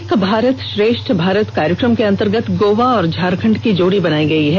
एक भारत श्रेष्ठ भारत कार्यक्रम के अंतर्गत गोवा और झारखंड की जोड़ी बनायी गयी है